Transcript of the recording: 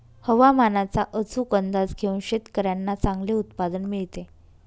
हवामानाचा अचूक अंदाज घेऊन शेतकाऱ्यांना चांगले उत्पादन मिळते